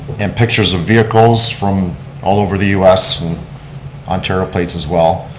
and pictures of vehicles from all over the us and ontario plates as well.